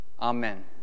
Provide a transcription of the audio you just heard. Amen